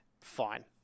fine